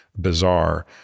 bizarre